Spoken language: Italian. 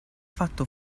fatto